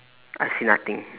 I see nothing